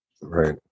Right